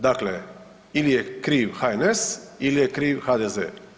Dakle, ili je kriv HNS ili je kriv HDZ.